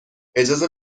اجازه